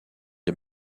des